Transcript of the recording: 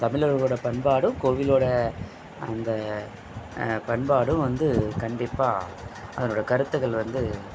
தமிழர்களோட பண்பாடும் கோவிலோடய அந்த பண்பாடும் வந்து கண்டிப்பாக அதனோடய கருத்துக்கள் வந்து